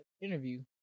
interview